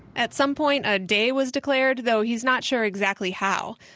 at some point, a day was declared, though he's not sure exactly how.